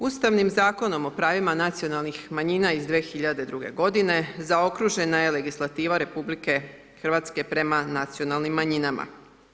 Ustavnim zakonom o pravima nacionalnih manjina iz 2002. godine zaokružena je legislativa RH prema nacionalnim manjinama.